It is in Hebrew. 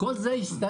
כל זה השתנה,